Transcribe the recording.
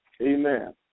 Amen